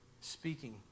speaking